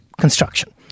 construction